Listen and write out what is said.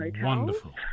wonderful